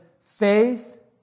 faith